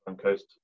Coast